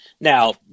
now